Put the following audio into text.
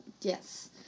yes